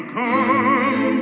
come